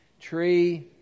Tree